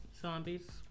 Zombies